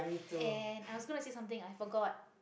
and I gonna to say something I forgot